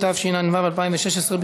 התשע"ו 2016,